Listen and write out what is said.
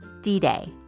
D-Day